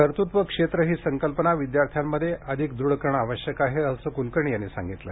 कर्तृत्वक्षेत्र ही संकल्पना विद्यार्थ्यांमध्ये अधिक दुढ करणे आवश्यक आहे असे कुलकर्णी यांनी सांगितले